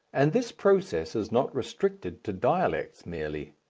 and this process is not restricted to dialects merely.